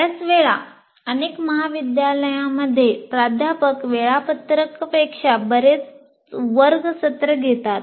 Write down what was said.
बर्याच वेळा अनेक महाविद्यालयांमध्ये प्राध्यापक वेळापत्रकपेक्षा बरेच वर्ग सत्र घेतात